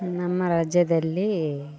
ನಮ್ಮ ರಾಜ್ಯದಲ್ಲಿ